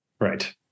right